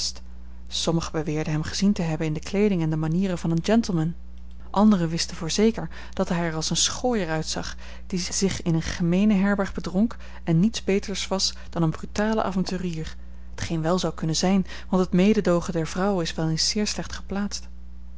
sommigen beweerden hem gezien te hebben in de kleeding en de manieren van een gentleman anderen wisten voor zeker dat hij er als een schooier uitzag zich in een gemeene herberg bedronk en niets beters was dan een brutale avonturier t geen wel zou kunnen zijn want het mededoogen der vrouwen is wel eens zeer slecht geplaatst